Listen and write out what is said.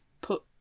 put